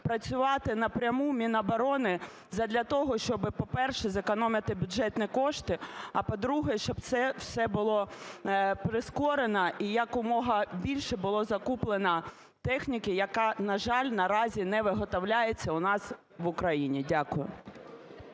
працювати напряму Міноборони задля того, щоби, по-перше, зекономити бюджетні кошти, а, по-друге, щоб це все було прискорено і якомога більше було закуплено техніки, яка, на жаль, наразі, не виготовляється у нас в Україні. Дякую.